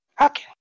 Okay